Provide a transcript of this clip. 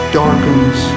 darkens